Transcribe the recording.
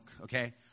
okay